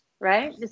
Right